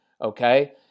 okay